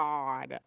God